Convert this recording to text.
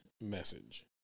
message